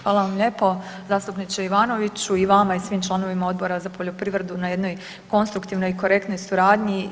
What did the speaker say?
Hvala vam lijepo zastupniče Ivanoviću i vama i svim članovima Odbora za poljoprivredu na jednoj konstruktivnoj i korektnoj suradnji.